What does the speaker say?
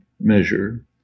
measure